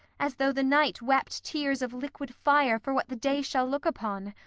as though the night wept tears of liquid fire for what the day shall look upon.